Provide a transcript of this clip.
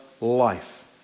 life